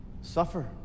suffer